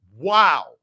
Wow